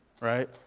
Right